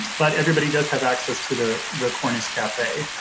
but everybody does have access to the the cornish cafe.